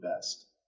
best